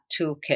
toolkit